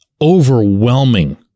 overwhelming